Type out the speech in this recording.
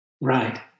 Right